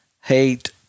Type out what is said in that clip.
hate